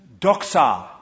Doxa